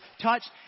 touched